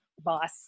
boss